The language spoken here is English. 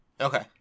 Okay